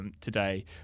today